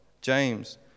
James